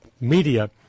Media